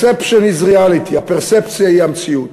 perception is reality, הפרצפציה היא המציאות.